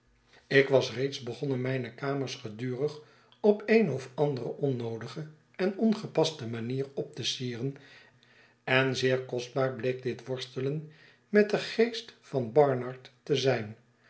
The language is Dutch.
ik was reeds begonnen mijne kamers gedurig op eene of andere onnoodige en ongepaste manier op te sieren en zeer kostbaar bleek dit worstelen met den geest van barnard te zijn